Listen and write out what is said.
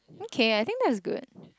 okay I think that's good